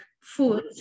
food